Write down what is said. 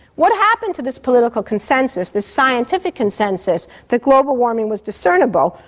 what happened to this political consensus, this scientific consensus, that global warming was discernible?